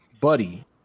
buddy